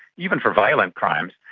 even for violent crimes,